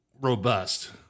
robust